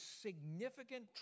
significant